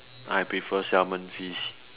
I prefer salmon fish